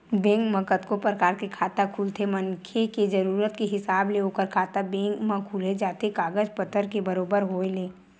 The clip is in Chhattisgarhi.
बेंक म कतको परकार के खाता खुलथे मनखे के जरुरत के हिसाब ले ओखर खाता बेंक म खुल जाथे कागज पतर के बरोबर होय ले